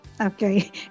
Okay